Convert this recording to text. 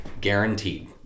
Guaranteed